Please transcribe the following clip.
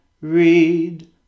read